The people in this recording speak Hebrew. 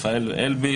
רפאל ואלביט